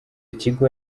kigo